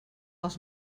els